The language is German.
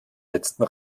letzten